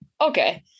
Okay